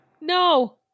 No